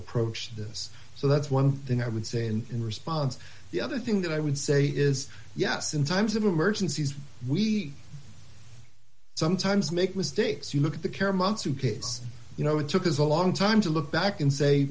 approach this so that's one thing i would say and in response the other thing that i would say is yes in times of emergencies we sometimes make mistakes you look at the care months you case you know it took us a long time to look back and say